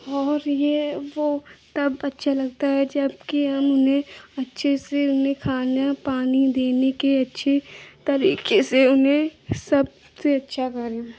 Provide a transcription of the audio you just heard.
और यह वह तब अच्छा लगता है जब कि हम उन्हें अच्छे से खाना पानी देने के अच्छे तरीके से उन्हें सबसे अच्छा खाना